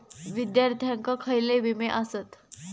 विद्यार्थ्यांका खयले विमे आसत?